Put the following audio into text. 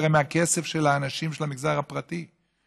הרי זה מהכסף של האנשים של המגזר הפרטי,